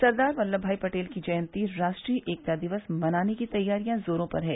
सरदार वल्लभ भाई पटेल की जयंती राष्ट्रीय एकता दिवस मनाने की तैयारियां जोरों पर है